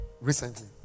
recently